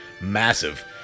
Massive